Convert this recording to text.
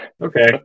okay